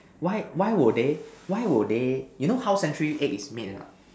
why why would they why would they you know how century eggs is made or not